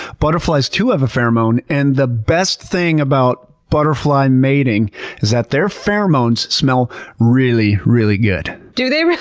butterflies too have a pheromone. and the best thing about butterfly mating is that their pheromones smell really, really good. do they really?